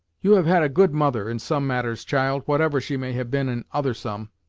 you have had a good mother, in some matters, child, whatever she may have been in other some.